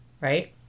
right